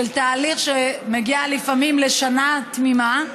של תהליך שמגיע לפעמים לשנה תמימה,